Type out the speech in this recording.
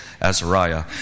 Azariah